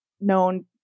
known